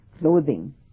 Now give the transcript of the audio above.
clothing